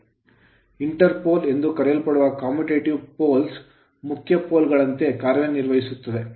interpole interpole ಎಂದೂ ಕರೆಯಲ್ಪಡುವ commutative poles commutative ಪೋಲ್ಗಳು ಮುಖ್ಯ ಪೋಲ್ಗಳ0ತೆ ಕಾರ್ಯನಿರ್ವಹಿಸುತ್ತದೆ